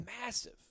massive